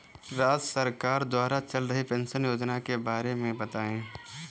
राज्य सरकार द्वारा चल रही पेंशन योजना के बारे में बताएँ?